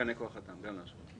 ותקני כוח אדם, גם להשוות.